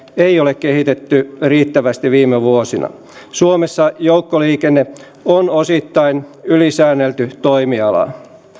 ei ole kehitetty riittävästi viime vuosina suomessa joukkoliikenne on osittain ylisäännelty toimiala